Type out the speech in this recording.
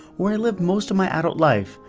where i lived most of my adult life,